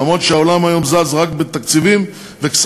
למרות שהעולם היום זז רק בתקציבים וכספים,